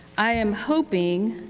i am hoping